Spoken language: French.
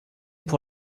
pour